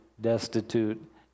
destitute